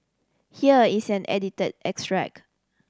here is an edited extract